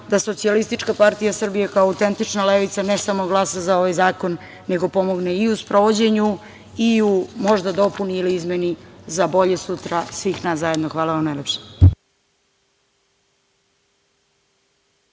nego jak razlog da SPS, kao autentična levica ne samo glasa za ovaj zakon, nego pomogne i u sprovođenju i u možda dopuni ili izmeni za bolje sutra, svih nas zajedno. Hvala vam najlepše.